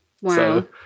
Wow